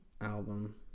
album